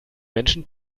menschen